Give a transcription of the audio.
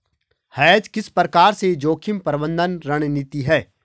Hedge किस प्रकार से जोखिम प्रबंधन रणनीति है?